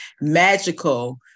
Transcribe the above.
magical